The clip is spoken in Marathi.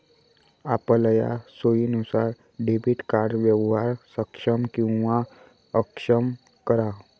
आपलया सोयीनुसार डेबिट कार्ड व्यवहार सक्षम किंवा अक्षम करा